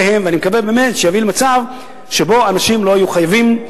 ואני מקווה באמת שזה יביא למצב שבו אנשים לא יהיו חייבים,